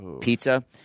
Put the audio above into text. pizza